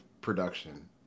production